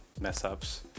mess-ups